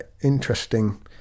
interesting